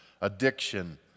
addiction